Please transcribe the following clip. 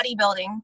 bodybuilding